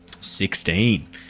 Sixteen